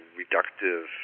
reductive